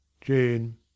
jane